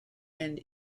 and